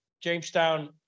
Jamestown